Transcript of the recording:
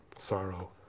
sorrow